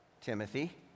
Timothy